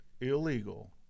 illegal